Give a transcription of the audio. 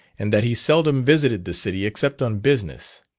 and that he seldom visited the city except on business.